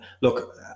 look